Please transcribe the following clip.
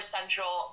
Central